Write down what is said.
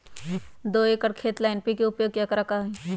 दो एकर खेत ला एन.पी.के उपयोग के का आंकड़ा होई?